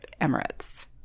Emirates